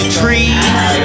trees